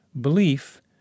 belief